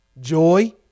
joy